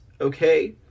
okay